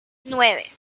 nueve